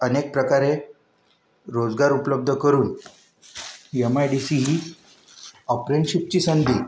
अनेक प्रकारे रोजगार उपलब्ध करून यम आय डी सी ही अप्रेंशिपची संधी